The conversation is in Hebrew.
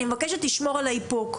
אני מבקשת לשמור על האיפוק.